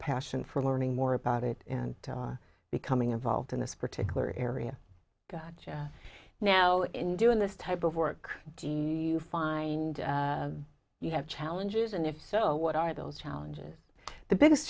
passion for learning more about it and becoming involved in this particular area god now in doing this type of work d h you find you have challenges and if so what are those challenges the biggest